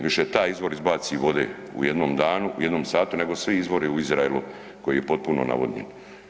Više taj izvor izbaci vode, u jednom danu, u jednom satu nego svi izvori u Izraelu koji je potpuno navodnjen.